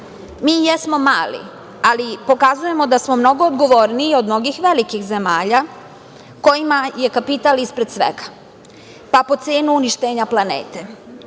jesmo mali, ali pokazujemo da smo mnogo odgovorniji od mnogih velikih zemalja kojima je kapital ispred svega, pa po cenu uništenja planete.